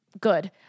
good